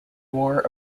war